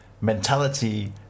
mentality